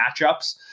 matchups